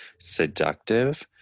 seductive